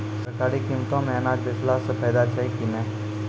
सरकारी कीमतों मे अनाज बेचला से फायदा छै कि नैय?